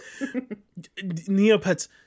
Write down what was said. neopets